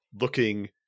looking